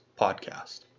podcast